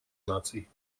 наций